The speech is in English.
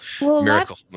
miracle